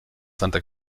santa